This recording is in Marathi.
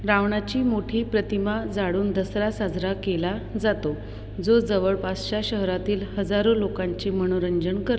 रावणाची मोठी प्रतिमा जाळून दसरा साजरा केला जातो जो जवळपासच्या शहरातील हजारो लोकांचे मनोरंजन करतो